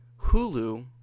Hulu